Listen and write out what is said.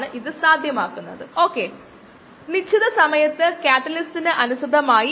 ഇത് ഞാൻ ഇവിടെ കാണിച്ചുതരാം